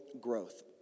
growth